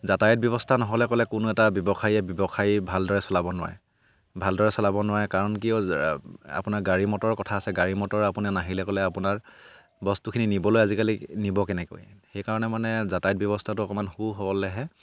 যাতায়ত ব্যৱস্থা নহ'লে ক'লে কোনো এটা ব্যৱসায়ীয়ে ব্যৱসায়ী ভালদৰে চলাব নোৱাৰে ভালদৰে চলাব নোৱাৰে কাৰণ কিয় আপোনাৰ গাড়ী মটৰ কথা আছে গাড়ী মটৰ আপুনি নাহিলে ক'লে আপোনাৰ বস্তুখিনি নিবলৈ আজিকালি নিব কেনেকৈ সেইকাৰণে মানে যাতায়ত ব্যৱস্থাটো অকমান সু হ'লেহে